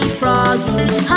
froggies